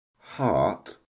Heart